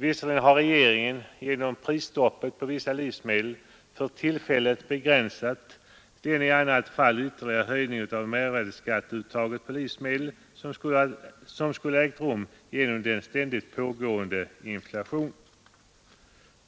Visserligen har regeringen genom prisstoppet på vissa livsmedel för tillfället begränsat den ytterligare höjning av mervärdeskatteuttaget på livsmedel som skulle ha ägt rum genom den ständigt pågående inflationen.